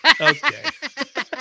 Okay